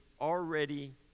already